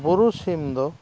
ᱵᱩᱨᱩ ᱥᱤᱢ ᱫᱚ